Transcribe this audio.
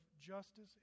justice